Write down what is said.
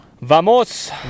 Vamos